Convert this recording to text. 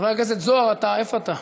חבר הכנסת זוהר, איפה אתה?